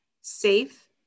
safe